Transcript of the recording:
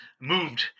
moved